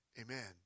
Amen